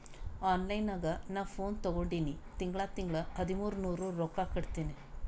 online ನಾಗ್ ನಾ phone ತಗೊಂಡಿನಿ ತಿಂಗಳಾ ತಿಂಗಳಾ ಹದಿಮೂರ್ ನೂರ್ ರೊಕ್ಕಾ ಕಟ್ಟತ್ತಿನಿ